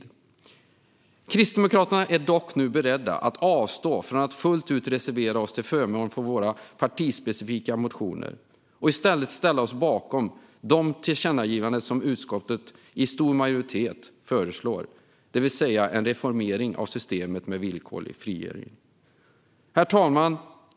Nu är dock vi i Kristdemokraterna beredda att avstå från att fullt ut reservera oss till förmån för våra partispecifika motioner och i stället ställa oss bakom de tillkännagivanden som en stor majoritet i utskottet föreslår. Det handlar alltså om en reformering av systemet med villkorlig frigivning. Herr talman!